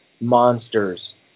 monsters